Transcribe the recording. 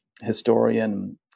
historian